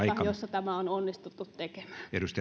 tämä on onnistuttu tekemään arvoisa